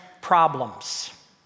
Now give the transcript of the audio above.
problems